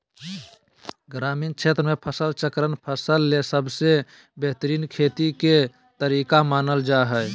ग्रामीण क्षेत्र मे फसल चक्रण फसल ले सबसे बेहतरीन खेती के तरीका मानल जा हय